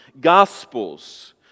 gospels